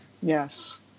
Yes